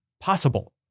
possible